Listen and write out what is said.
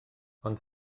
ond